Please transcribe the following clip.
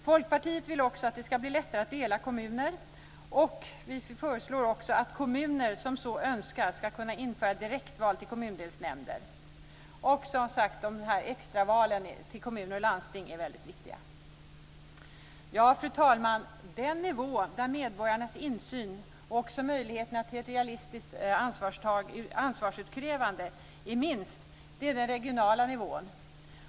Folkpartiet vill också att det ska bli lättare att dela kommuner. Vi föreslår att kommuner som så önskar ska kunna införa direktval till kommundelsnämnder. Extravalen till kommuner och landsting är väldigt viktiga. Fru talman! Den nivå där medborgarnas insyn och också möjligheterna till ett realistiskt ansvarsutkrävande är minst är den regionala nivån.